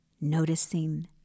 Noticing